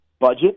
budget